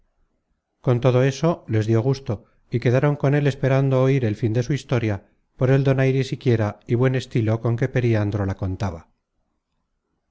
con todo eso les dió gusto y quedaron con él esperando oir el fin de su historia por el donaire siquiera y buen estilo con que periandro la contaba